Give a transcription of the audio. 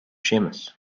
séamus